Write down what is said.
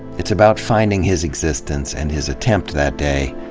it's about finding his existence, and his attempt that day,